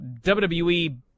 WWE